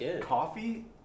Coffee